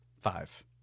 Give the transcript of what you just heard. five